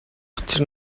учир